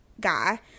guy